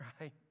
right